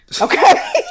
Okay